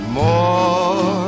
more